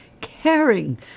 Caring